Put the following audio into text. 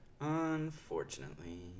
Unfortunately